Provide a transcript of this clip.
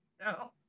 No